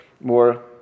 more